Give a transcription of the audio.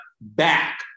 back